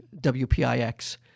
WPIX